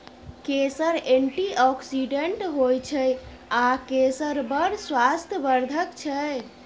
केसर एंटीआक्सिडेंट होइ छै आ केसर बड़ स्वास्थ्य बर्धक छै